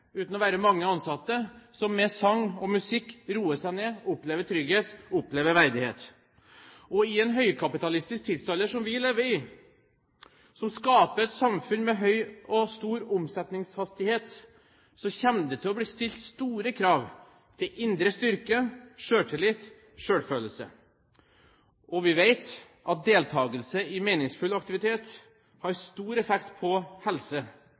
uten å være mange ansatte, og som med sang og musikk roer seg ned og opplever trygghet, opplever verdighet. I den høykapitalistiske tidsalder som vi lever i, som skaper et samfunn med høy og stor omsetningshastighet, kommer det til å bli stilt store krav til indre styrke, selvtillit, selvfølelse. Vi vet at deltakelse i meningsfull aktivitet har stor effekt på helse